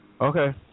Okay